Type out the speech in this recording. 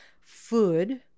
Food